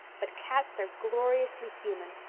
but cats are gloriously human.